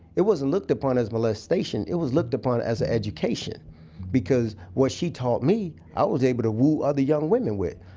it wasn't looked upon as molestation. it was looked upon as an education because what she taught me, i was able to woo other young women with.